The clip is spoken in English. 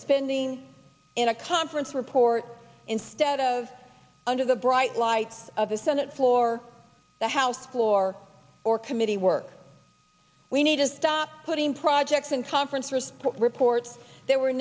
spending in a conference report instead of under the bright lights of a senate floor the house floor or committee work we need to stop putting projects in conference first reports there were